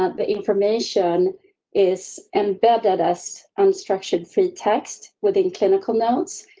ah the information is embedded us unstructured. free text within clinical notes.